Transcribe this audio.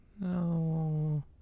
No